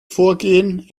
vorgehen